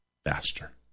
Faster